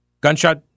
Gunshot